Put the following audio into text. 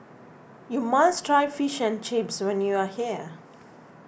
you must try Fish and Chips when you are here